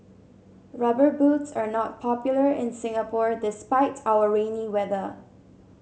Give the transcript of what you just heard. Rubber Boots are not popular in Singapore despite our rainy weather